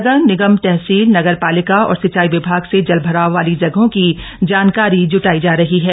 नगर निगम तहसील नगरप्लिकः और सिंचाई विभाग से जलभराम्र वाली जगहों की जामकारी जुटाई जः रही है